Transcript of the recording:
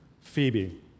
Phoebe